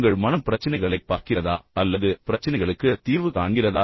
உங்கள் மனம் பிரச்சினைகளைப் பார்க்கிறதா அல்லது பிரச்சினைகளுக்குத் தீர்வு காண்கிறதா